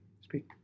speak